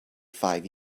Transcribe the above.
five